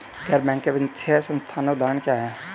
गैर बैंक वित्तीय संस्थानों के उदाहरण क्या हैं?